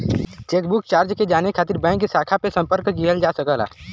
chequebook charge के जाने खातिर बैंक के शाखा पे संपर्क किहल जा सकला